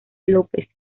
lópez